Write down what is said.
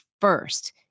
first